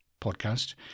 podcast